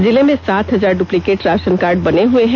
जिले में सात हजार डुप्लीकेट राशनकार्ड बने हुए हैं